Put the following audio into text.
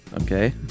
Okay